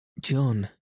John